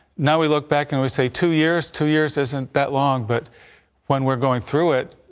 now we look back and we say two years two years isn't that long. but when we're going through it.